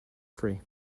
free